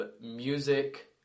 music